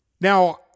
Now